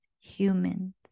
humans